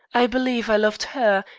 i believe i loved her,